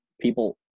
people